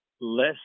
less